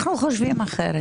אנחנו חושבים אחרת.